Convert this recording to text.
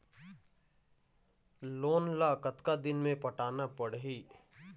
Loan ला कतका दिन मे पटाना पड़ही?